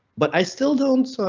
but i still don't. so